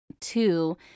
two